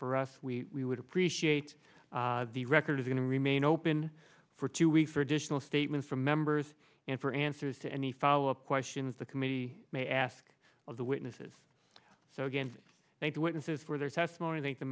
for us we would appreciate the record is going to remain open for two weeks for additional statements from members and for answers to any follow up questions the committee may ask of the witnesses so again thank you witnesses for their testimony thank the